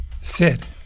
Sid